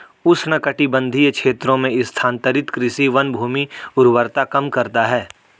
उष्णकटिबंधीय क्षेत्रों में स्थानांतरित कृषि वनभूमि उर्वरता कम करता है